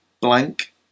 blank